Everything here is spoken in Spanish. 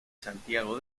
santiago